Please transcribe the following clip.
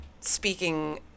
speaking